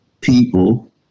People